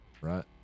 right